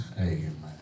Amen